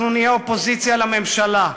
אנחנו נהיה אופוזיציה לממשלה.